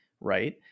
right